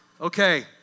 Okay